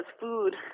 food